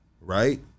Right